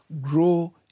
grow